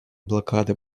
блокады